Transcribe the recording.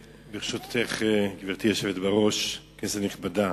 ברשותך, גברתי היושבת בראש, כנסת נכבדה,